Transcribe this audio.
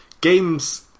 games